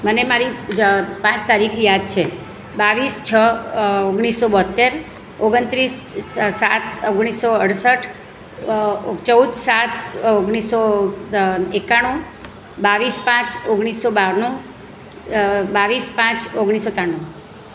મને મારી જ પાંચ તારીખ યાદ છે બાવીસ છ ઓગણીસો બોત્તેર ઓગણત્રીસ સ સાત ઓગણીસો અડસઠ ચૌદ સાત ઓગણીસો એકાણું બાવીસ પાંચ ઓગણીસો બાણું બાવીસ પાંચ ઓગણીસો ત્રાણું